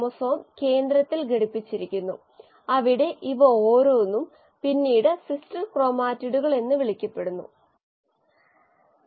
biomass അല്ലെങ്കിൽ സെല്ലുകൾ bio ഉൽപ്പന്നങ്ങൾ ഏതൊരു ബയോപ്രോസസിന്റെയും രണ്ട് പ്രധാന ഫലങ്ങൾ ഇവയാണ്